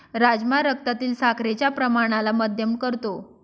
राजमा रक्तातील साखरेच्या प्रमाणाला मध्यम करतो